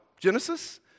Genesis